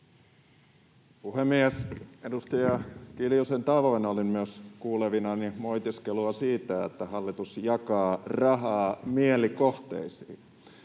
Puhemies! Edustaja Kiljusen tavoin olin myös kuulevinani moitiskelua siitä, että hallitus jakaa rahaa mielikohteisiin.